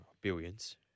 Billions